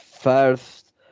first